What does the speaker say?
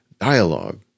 dialogue